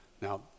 now